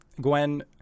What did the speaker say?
Gwen